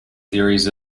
theories